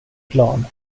plan